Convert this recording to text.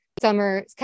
summer